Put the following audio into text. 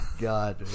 god